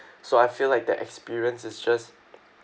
so I feel like that experience is just